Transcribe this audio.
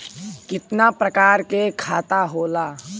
कितना प्रकार के खाता होला?